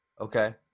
Okay